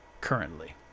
currently